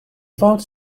vowed